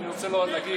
כן, אני רוצה להגיד,